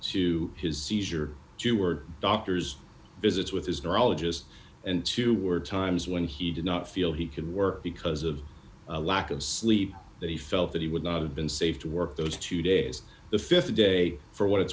to his seizure two were doctors visits with his neurologist and two were times when he did not feel he can work because of lack of sleep that he felt that he would not have been safe to work those two days the th day for what it's